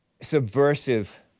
subversive